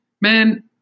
man